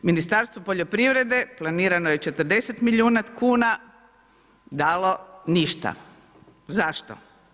Ministarstvo poljoprivrede, planirano je 40 milijuna kuna, dalo ništa, zašto?